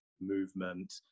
movement